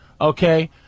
okay